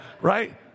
Right